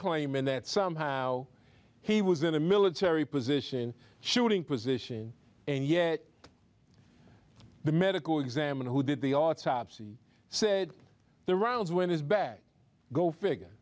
claiming that somehow he was in a military position shooting position and yet the medical examiner who did the autopsy said the rounds were in his bag go figure